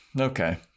Okay